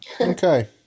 Okay